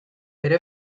ere